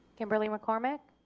kimberly mccormick.